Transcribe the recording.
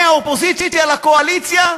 מהאופוזיציה לקואליציה,